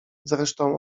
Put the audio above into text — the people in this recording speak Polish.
zresztą